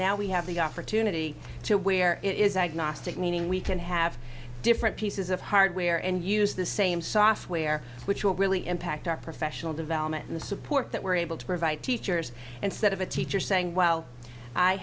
now we have the opportunity to where it is agnostic meaning we can have different pieces of hardware and use the same software which will really impact our professional development and the support that able we're to provide teachers instead of a teacher saying well i